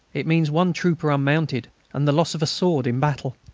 it means one trooper unmounted and the loss of a sword in battle.